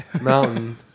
mountain